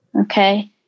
Okay